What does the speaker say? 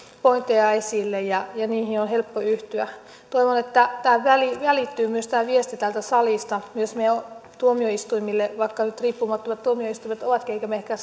pointteja esille ja ja niihin on helppo yhtyä toivon että tämä viesti välittyy täältä salista myös tuomioistuimille vaikka nyt tuomioistuimet ovatkin riippumattomat emmekä me ehkä